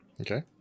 Okay